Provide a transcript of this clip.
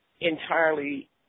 entirely